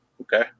Okay